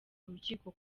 urukiko